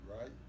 right